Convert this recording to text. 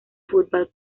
football